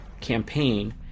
campaign